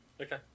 Okay